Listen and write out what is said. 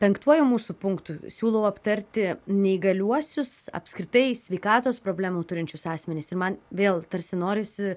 penktuoju mūsų punktu siūlau aptarti neįgaliuosius apskritai sveikatos problemų turinčius asmenis ir man vėl tarsi norisi